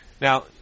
Now